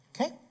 Okay